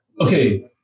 Okay